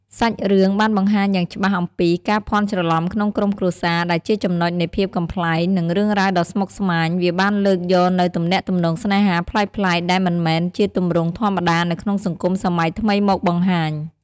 សាច់រឿង បានបង្ហាញយ៉ាងច្បាស់អំពី ការភាន់ច្រឡំក្នុងក្រុមគ្រួសារ ដែលជាចំណុចនៃភាពកំប្លែង និងរឿងរ៉ាវដ៏ស្មុគស្មាញ វាបានលើកយកនូវទំនាក់ទំនងស្នេហាប្លែកៗ ដែលមិនមែនជាទម្រង់ធម្មតានៅក្នុងសង្គមសម័យថ្មីមកបង្ហាញ។